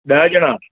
ॾह ॼणा